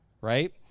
right